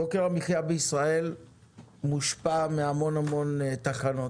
יוקר המחיה בישראל מושפע מהמון תחנות,